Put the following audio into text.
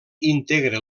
integra